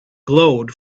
glowed